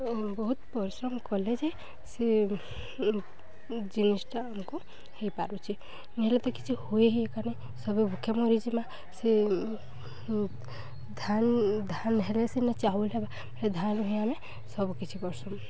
ବହୁତ ପରିଶ୍ରମ କଲେ ଯେ ସେ ଜିନିଷ୍ଟା ଆମକୁ ହୋଇପାରୁଛେ ନେହେଲେ ତ କିଛି ହୁଏ ଏକା ନାଇଁ ସବୁ ଭୁକେ ମରିଯିମା ସେ ଧାନ୍ ଧାନ୍ ହେଲେ ସେନା ଚାଉଲ୍ ହେବା ହେ ଧାନ୍ ହିଁ ଆମେ ସବୁକିଛି କର୍ସୁଁ